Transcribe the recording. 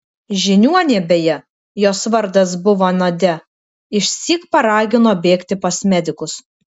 žiniuonė beje jos vardas buvo nadia išsyk paragino bėgti pas medikus